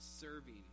serving